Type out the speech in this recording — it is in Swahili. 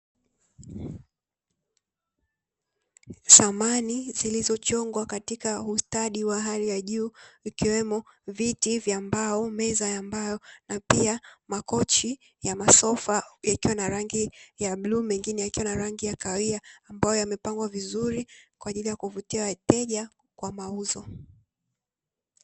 Samani zilizochongwa katika ustadi wa hali ya juu vikiwemo viti vya mbao, meza ya mbao na pia makochi ya masofa yakiwa na rangi ya bluu mengine yakiwa na rangi ya kahawia ambayo yamepangwa vizuri kwa ajili ya kuvutia wateja kwa mauzo.